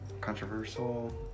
controversial